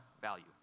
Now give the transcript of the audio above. value